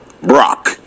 Brock